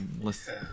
Listen